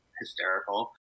hysterical